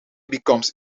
becomes